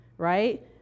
right